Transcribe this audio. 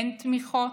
אין תמיכות.